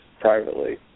privately